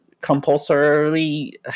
compulsorily